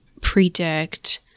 predict